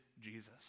Jesus